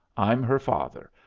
i'm her father.